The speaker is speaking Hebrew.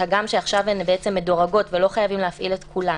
שהגם שעכשיו הן בעצם מדורגות ולא חייבים להפעיל את כולן,